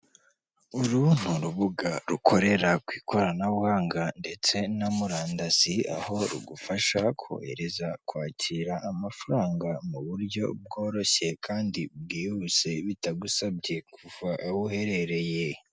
Uru ni urubuga rukorera ku ikoranabuhanga ndetse na murandasi, aho rugufasha kohereza, kwakira amafaranga mu buryo bworoshye kandi bwihuse bitagusabye kuva aho uherereye.